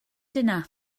dinner